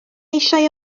eisiau